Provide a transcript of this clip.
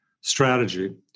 strategy